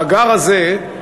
המאגר הזה,